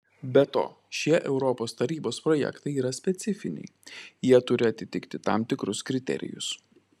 be to šie europos tarybos projektai yra specifiniai jie turi atitikti tam tikrus kriterijus